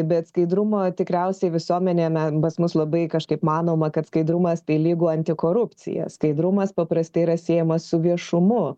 bet skaidrumo tikriausiai visuomenėje me pas mus labai kažkaip manoma kad skaidrumas tai lygu antikorupcija skaidrumas paprastai yra siejamas su viešumu